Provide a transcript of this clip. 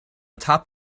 top